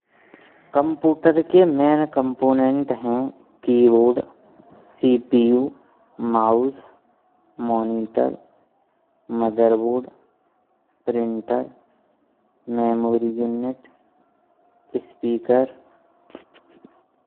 कंप्यूटर के मुख्य कंपोनेंट हैं keyboard, CPU, mouse, monitor, motherboard, printer, memory unit, speaker.